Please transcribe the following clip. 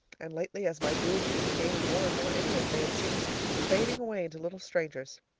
and lately, as my doom became more and more imminent, they had seemed fading away into little strangers.